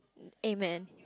amen